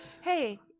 Hey